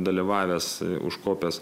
dalyvavęs užkopęs